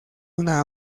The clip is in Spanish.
una